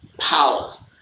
palace